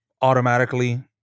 automatically